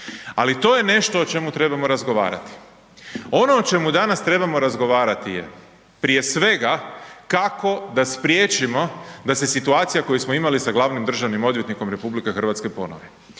Ali to je nešto o čemu trebamo razgovarati. Ono o čemu danas trebamo razgovarati je prije svega kako da spriječimo da se situacija koju smo imali sa glavnim državnim odvjetnikom RH ponovi.